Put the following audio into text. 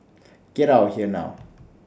get out of here now